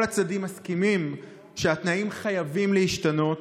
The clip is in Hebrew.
כל הצדדים מסכימים שהתנאים חייבים להשתנות,